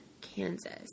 Kansas